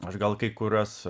aš gal kai kuriuos